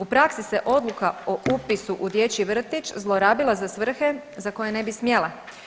U praksi se odluka o upisu u dječji vrtić zlorabila za svrhe za koje ne bi smjela.